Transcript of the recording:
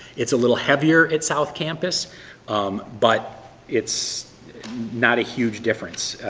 it's a little heavier at south campus but it's not a huge difference.